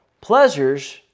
Pleasures